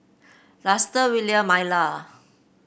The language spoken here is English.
Luster Willia Myla